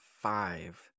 five